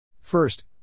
First